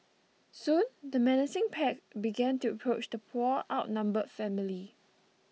soon the menacing pack began to approach the poor outnumbered family